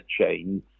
chain